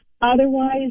Otherwise